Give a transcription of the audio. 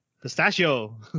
pistachio